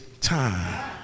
time